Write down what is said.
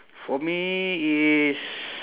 for me is